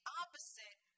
opposite